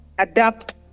adapt